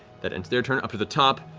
that ends their turn. up to the top,